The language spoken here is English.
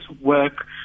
work